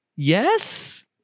Yes